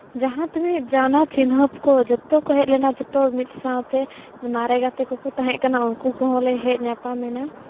ᱡᱟᱦᱟᱸ ᱛᱤᱱᱟᱹᱜ ᱡᱟᱱᱟ ᱪᱤᱱᱦᱟᱹᱯ ᱠᱚ ᱡᱚᱛᱚ ᱠᱚ ᱦᱮᱡᱽ ᱞᱮᱱᱟ ᱡᱚᱛᱚ ᱦᱚᱲ ᱢᱤᱫ ᱥᱟᱶᱛᱮ ᱢᱟᱨᱮ ᱜᱟᱛᱮ ᱠᱚᱠᱚ ᱛᱟᱦᱮᱸᱠᱟᱱᱟ ᱩᱱᱠᱩ ᱠᱚᱦᱚᱸᱞᱮ ᱦᱮᱡᱽ ᱧᱟᱯᱟᱢᱮᱱᱟ